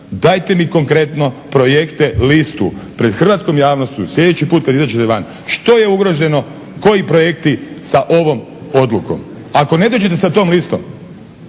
dajte mi konkretno projekte, listu. Pred hrvatskom javnošću sljedeći kad put kad izađete van što je ugroženo, koji projekti sa ovom odlukom. Ako ne dođete sa tom listom